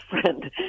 friend